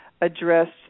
addressed